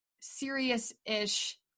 serious-ish